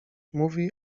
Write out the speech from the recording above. mówi